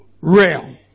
realm